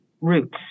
roots